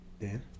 Dan